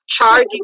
charging